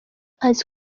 azi